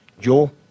Yo